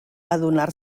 adonar